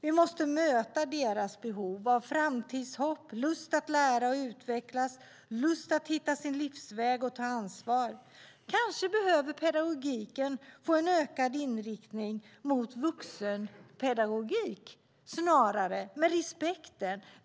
Vi måste möta deras behov av framtidshopp, lust att lära och utvecklas, lust att hitta sin livsväg och ta ansvar. Kanske behöver pedagogiken få en ökad inriktning mot vuxenpedagogik.